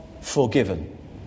forgiven